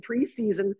preseason